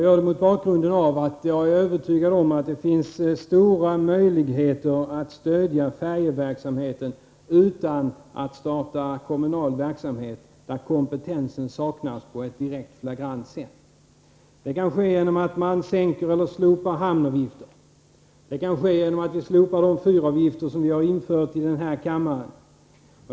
För min del är jag övertygad om att det finns stora möjligheter att stödja färjeverksamheten utan att starta kommunal verksamhet, där kompetensen saknas på ett direkt flagrant sätt. Man kan stödja genom att sänka eller slopa hamnavgifterna eller genom att man slopar de fyravgifter som vi i den här kammaren har infört.